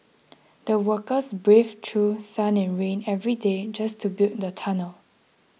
the workers braved through sun and rain every day just to build the tunnel